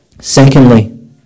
Secondly